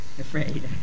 afraid